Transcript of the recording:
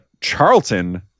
Charlton